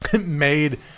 made